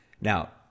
Now